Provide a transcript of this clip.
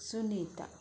Sunita